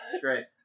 Great